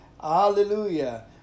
hallelujah